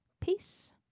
Peace